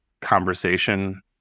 conversation